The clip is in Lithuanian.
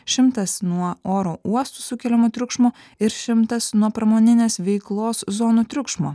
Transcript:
šimtas nuo oro uostų sukeliamo triukšmo ir šimtas nuo pramoninės veiklos zonų triukšmo